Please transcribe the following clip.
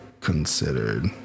considered